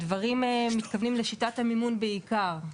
הדברים מתכוונים לשיטת המימון בעיקר.